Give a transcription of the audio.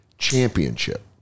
championship